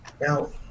Now